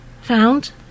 found